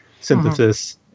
synthesis